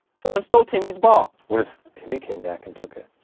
someone stole timmy's ball. what if timmy came back and took it?